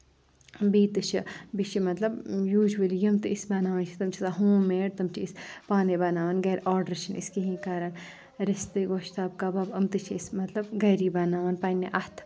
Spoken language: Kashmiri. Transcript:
بیٚیہِ تہِ چھِ بیٚیہِ چھِ مطلب یوٗجؤلی یِم تہِ أسۍ بَناوان چھِ تِم چھِ آسان ہوم میڈ تِم چھِ أسۍ پانَے بَناوَان گَرِ آرڈَر چھِنہٕ أسۍ کِہیٖنۍ کَرَان رِستہٕ گۄشتاب کَباب أمۍ تہِ چھِ أسۍ مطلب گَرِ بَناوَان پنٕٛنۍ اَتھٕ